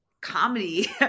comedy